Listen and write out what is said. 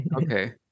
okay